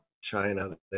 China